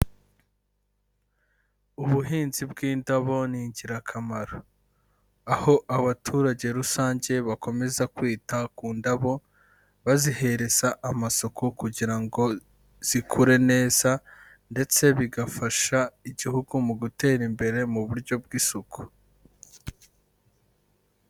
Ubuhinzi bw'indabo ni ingirakamaro, aho abaturage rusange bakomeza kwita ku ndabo bazihereza amasuku kugira ngo zikure neza ndetse bigafasha igihugu mu gutera imbere mu buryo bw'isuku.